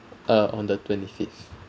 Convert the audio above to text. uh on the twenty fifth